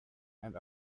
and